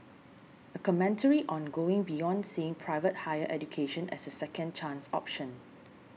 a commentary on going beyond seeing private higher education as a second chance option